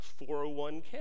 401K